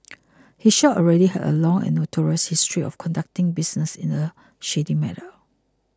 his shop already had a long and notorious history of conducting business in a shady manner